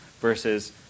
versus